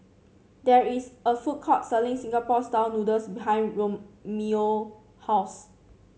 there is a food court selling Singapore style noodles behind Romello house